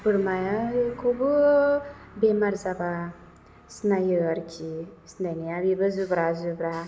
बोरमाखौबो बेमार जाबा सिनायो आरोखि सिनायनाया बेबो जुब्रा जुब्रा